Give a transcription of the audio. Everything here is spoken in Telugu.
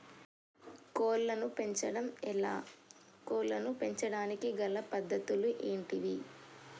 కోళ్లను పెంచడం ఎలా, కోళ్లను పెంచడానికి గల పద్ధతులు ఏంటివి?